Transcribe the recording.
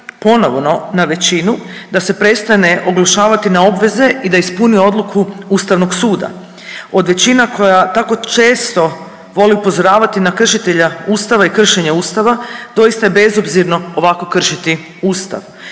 ponovo na većinu da se prestane oglušavati na obveze i da ispuni odluku Ustavnog suda. Od većina koja tako često voli upozoravati na kršitelja Ustava i kršenje Ustava doista je bezobzirno ovako kršiti Ustav.